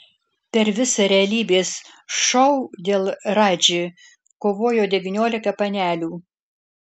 per visą realybės šou dėl radži kovojo devyniolika panelių